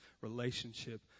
relationship